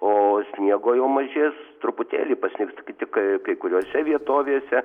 o sniego jau mažės truputėlį pasnigs tik tik kai kuriose vietovėse